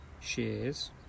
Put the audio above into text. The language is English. shares